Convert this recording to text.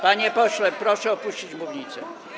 Panie pośle, proszę opuścić mównicę.